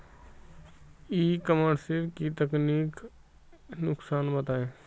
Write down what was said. ई commerce के तकनीकी नुकसान बताएं?